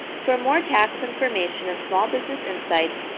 for more tax information and small business insights,